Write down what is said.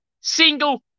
single